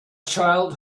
child